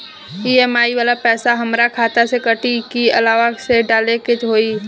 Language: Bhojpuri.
ई.एम.आई वाला पैसा हाम्रा खाता से कटी की अलावा से डाले के होई?